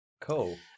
Cool